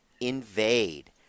Invade